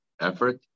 effort